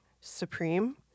Supreme